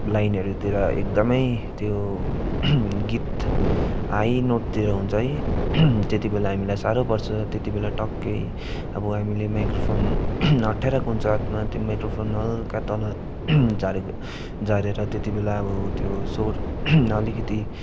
लाइनहरूतिर एकदमै त्यो गीत हाई नोटतिर हुन्छ है त्यतिबेला हामीलाई साह्रो पर्छ त्यति बेला टक्कै अब हामीले माइक्रोफोन अठ्ठ्याइराको हुन्छ हातमा त्यो माइक्रोफोन हलका तल झारेक झारेर त्यति बेला अब त्यो स्वर अलिकिति